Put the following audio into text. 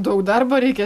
daug darbo reikia